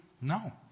No